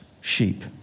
sheep